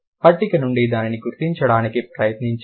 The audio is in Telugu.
పట్టిక నుండి దానిని గుర్తించడానికి ప్రయత్నించండి